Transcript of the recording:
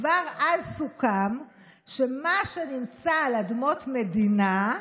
כבר אז סוכם שמה שנמצא על אדמות מדינה,